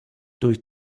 durch